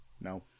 No